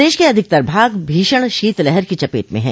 प्रदेश के अधिकतर भाग भीषण शीत लहर की चपेट में हैं